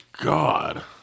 God